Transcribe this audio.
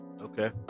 Okay